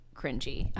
cringy